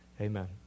Amen